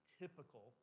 typical